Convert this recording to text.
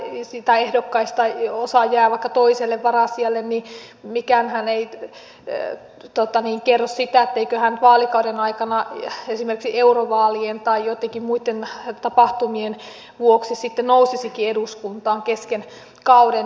isi pääehdokkaista ei osaa puolueitten ehdokas jää vaikka toiselle varasijalle niin mikäänhän ei kerro sitä etteikö hän vaalikauden aikana esimerkiksi eurovaalien tai joittenkin muitten tapahtumien vuoksi sitten nousisikin eduskuntaan kesken kauden